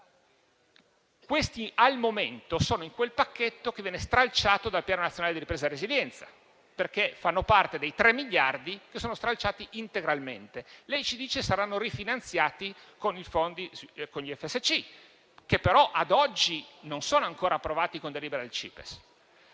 Questi, al momento, sono in quel pacchetto che viene stralciato dal Piano nazionale di ripresa e resilienza, perché fanno parte dei 3 miliardi di euro che sono stralciati integralmente. Lei ci dice che saranno rifinanziati con i fondi FSC, che però ad oggi non sono ancora approvati con delibera del CIPES.